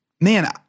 man